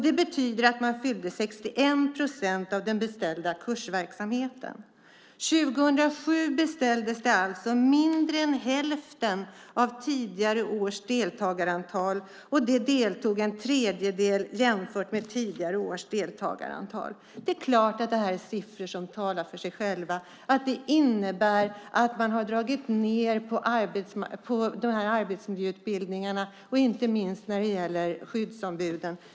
Det betyder att man fyllde 61 procent av den beställda kursverksamheten. 2007 beställdes det alltså mindre än hälften av tidigare års deltagarantal, och det deltog en tredjedel jämfört med tidigare års deltagarantal. Det är siffror som talar för sig själva. Det innebär att man har dragit ned på arbetsmiljöutbildningarna, inte minst när det gäller skyddsombuden.